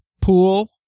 pool